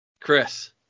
Chris